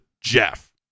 jeff